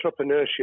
entrepreneurship